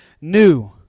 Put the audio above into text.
new